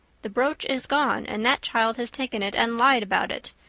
the brooch is gone and that child has taken it and lied about it.